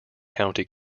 county